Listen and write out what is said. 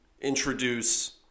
introduce